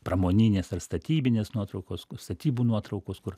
pramoninės ar statybinės nuotraukos statybų nuotraukos kur